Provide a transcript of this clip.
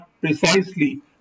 precisely